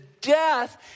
death